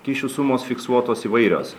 kyšių sumos fiksuotos įvairios